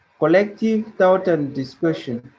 collective thought and discussion.